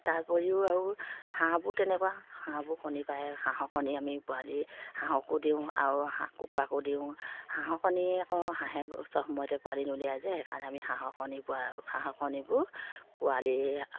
তাৰ উপৰিও আৰু হাঁহবোৰ তেনেকুৱা হাঁহবোৰ কণী পাৰে হাঁহৰ কণী আমি পোৱালি হাঁহকো দিওঁ আৰু হাঁহ কুকুৰাকো দিওঁ হাঁহৰ কণী আকৌ হাঁহে চব সময়তে পোৱালি নোলিয়াই যে সেইকাৰণে আমি হাঁহৰ কণী পোৱা হাঁহ কণীবোৰ পোৱালি